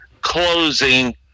closing